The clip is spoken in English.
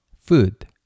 food